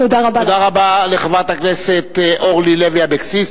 תודה רבה לחברת הכנסת אורלי לוי אבקסיס.